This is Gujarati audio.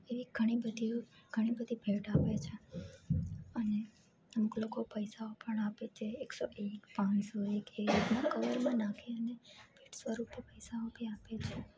એવી ઘણી બધી ભેટ આપે છે અને અમુક લોકો પૈસાઓ પણ આપે છે એકસો એક પાંચસો એક એવી રીતના કવરમાં નાખી અને ભેટ સ્વરૂપે પૈસા એક બી આપે છે